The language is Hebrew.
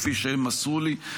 כפי שהם מסרו לי,